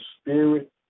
spirit